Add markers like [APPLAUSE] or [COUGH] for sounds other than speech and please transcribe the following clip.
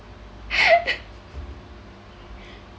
[LAUGHS]